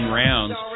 rounds